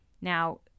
now